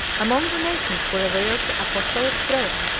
among the nations who revered the apostolic throne,